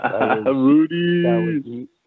Rudy